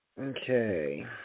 Okay